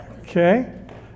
okay